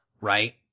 right